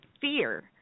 fear